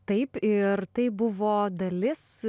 taip ir tai buvo dalis